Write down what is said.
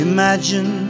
Imagine